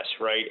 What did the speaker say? right